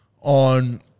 on